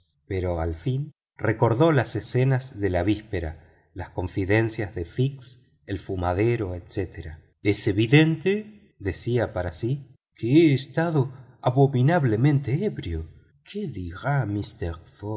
pero al fin recordó las escenas de la víspera las confidencias de fix el fumadero ete es evidente decía para sí que he estado abominablemente ebrio qué dirá mister